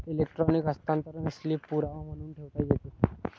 electronic हस्तांतरण slip पुरावा म्हणून ठेवता येते